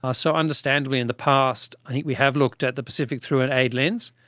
ah so understandably in the past i think we have looked at the pacific through an aid lens.